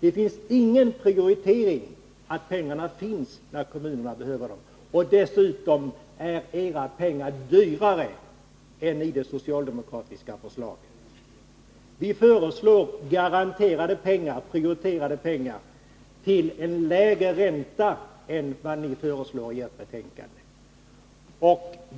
Det finns ingen prioritering innebärande att medlen finns när kommunerna behöver dem. Dessutom är pengarna i ert förslag dyrare än pengarna i det socialdemokratiska förslaget. Vi föreslår prioriterade medel till en lägre ränta än vad ni föreslår.